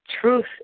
truth